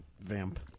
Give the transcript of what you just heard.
vamp